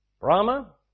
Brahma